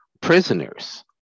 prisoners